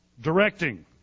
directing